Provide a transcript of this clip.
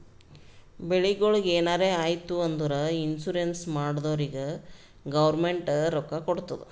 ಬೆಳಿಗೊಳಿಗ್ ಎನಾರೇ ಆಯ್ತು ಅಂದುರ್ ಇನ್ಸೂರೆನ್ಸ್ ಮಾಡ್ದೊರಿಗ್ ಗೌರ್ಮೆಂಟ್ ರೊಕ್ಕಾ ಕೊಡ್ತುದ್